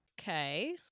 Okay